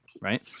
right